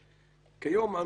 כיום,